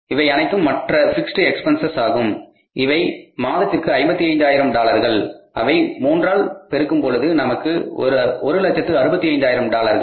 இவை அனைத்தும் மற்ற பிக்ஸ்ட் எக்ஸ்பென்ஸஸ் ஆகும் அவை மாதத்திற்கு 55 ஆயிரம் டாலர்கள் அதை மூன்றால் பெருக்கும் பொழுது நமக்கு ஒரு லட்சத்து 65 ஆயிரம் டாலர்கள்